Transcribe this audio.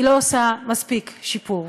היא לא עושה מספיק שיפור,